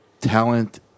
talent